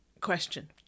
Question